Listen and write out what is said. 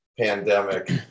pandemic